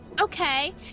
Okay